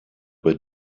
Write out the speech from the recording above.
bei